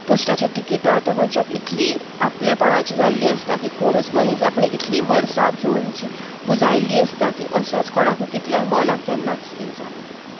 पोस्टाची तिकिटां त्या मनशाक इतली आपलेपणाची जाल्ली आसता की कोणूच मनीस आपणें इतली वर्सां घेवन जी पुंजायल्ली आसता ती असोच कोणाकूय कितल्याय मोलाक केन्नाच दिवचोना